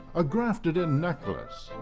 a grafted-in necklace,